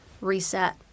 reset